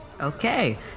Okay